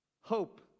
Hope